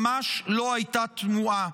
ממש לא הייתה תמוהה.